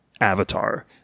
Avatar